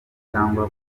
cyangwa